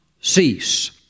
cease